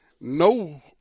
No